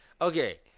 Okay